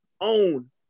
own